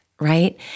right